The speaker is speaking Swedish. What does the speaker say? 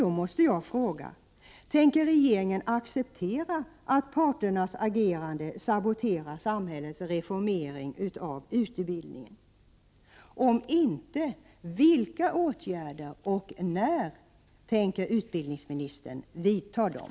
Då måste jag fråga: Tänker regeringen acceptera att parternas agerande saboterar samhällets reformering av utbildningen? Om inte, vilka åtgärder skall vidtas och när tänker utbildningsministern vidta dem?